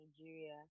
Nigeria